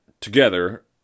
together